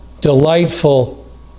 delightful